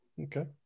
okay